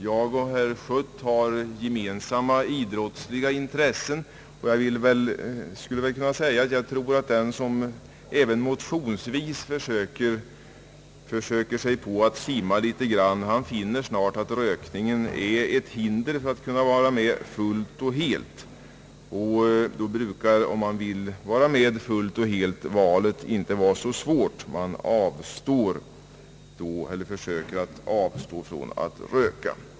Jag och herr Schött har gemensamma idrottsliga intressen, och därför kan jag säga att den som motionsvis försöker sig på att simma litet, snart finner att rökningen är ett hinder för att kunna vara med fullt och helt, och då brukar inte valet vara så svårt; man försöker avstå från att röka.